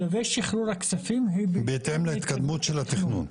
שלבי שחרור הכספים --- בהתאם להתקדמות של התכנון.